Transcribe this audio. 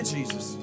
Jesus